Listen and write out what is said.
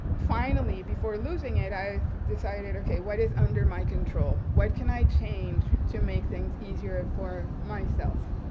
finally, before losing it, i decided, okay, what is under my control? what can i change to make things easier for myself?